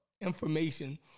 information